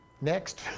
next